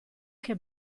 che